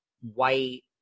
white